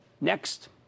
Next